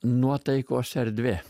nuotaikos erdvė